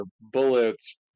bullets